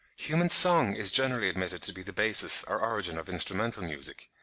human song is generally admitted to be the basis or origin of instrumental music.